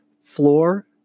Floor